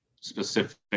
specific